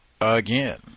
again